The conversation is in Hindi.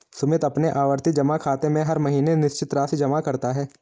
सुमित अपने आवर्ती जमा खाते में हर महीने निश्चित राशि जमा करता है